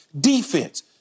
defense